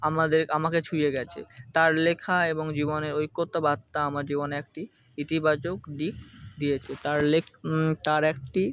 আমাদের আমাকে ছুঁয়ে গেছে তার লেখা এবং জীবনে ঐক্যতা বার্তা আমার জীবনে একটি ইতিবাচক দিক দিয়েছে তার লে তার একটি